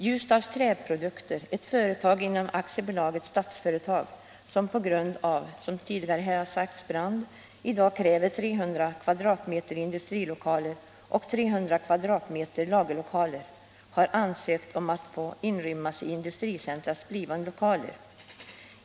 Ljusdals Träprodukter, ett företag inom Statsföretag, som på grund av bl.a. brand, såsom tidigare här har sagts, i dag behöver 3 000 m? lagerlokaler och 3 000 m” industrilokaler, har ansökt om att få inrymma sig i industricentrets blivande lokaler.